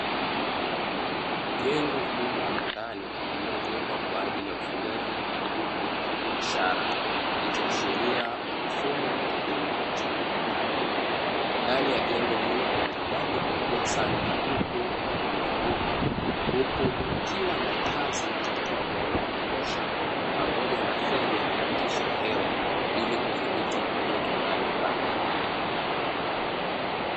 Jengo kubwa la ndani lilojengwa kwaajili ya ufugaji wa kuku wa kibiashara, ikiashiria mfumo wa kilimo cha ndani ya jengo hilo kuna idadi kubwa sana ya kuku weupe huku kukiwa na taa kubwa sana zinazotoa mwanga wa kutosha, pamoja na feni ya kupitisha hewa ili kuzibiti joto ndani ya banda hilo.